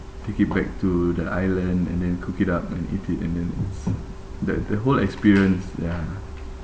take it back to the island and then cook it up and eat it and then it's that the whole experience ya